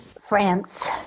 france